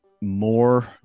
more